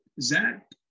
Zach